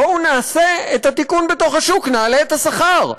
בואו נעשה את התיקון בתוך השוק: נעלה את השכר,